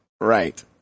Right